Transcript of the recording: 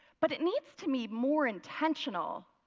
but it needs to be more intentional.